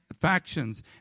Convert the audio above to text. factions